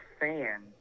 fan